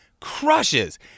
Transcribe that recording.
crushes